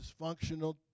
dysfunctional